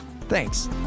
Thanks